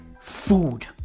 food